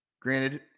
granted